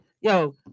Yo